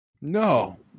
No